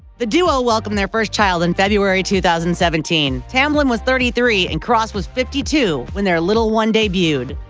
the duo welcomed their first child in february two thousand and seventeen. tamblyn was thirty three and cross was fifty two when their little one debuted.